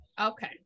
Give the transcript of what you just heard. Okay